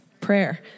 Prayer